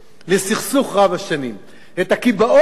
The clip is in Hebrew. הקיבעון קיבע אותנו בסכסוך,